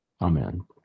Amen